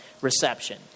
reception